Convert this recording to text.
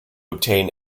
obtain